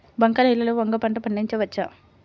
బంక నేలలో వంగ పంట పండించవచ్చా?